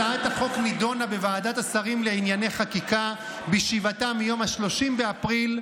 הצעת החוק נדונה בוועדת השרים לענייני חקיקה בישיבתה מיום 30 באפריל,